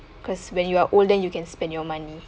cause when you are old then you can spend your money